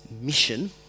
mission